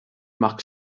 marques